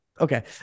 okay